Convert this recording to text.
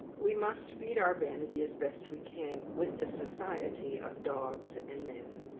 we must feed our vanity as best we can with the society of dogs and men.